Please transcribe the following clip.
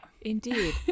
indeed